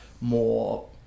more